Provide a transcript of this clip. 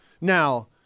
now